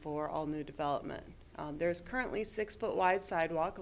for all new development there is currently six foot wide sidewalk